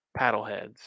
Paddleheads